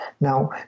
Now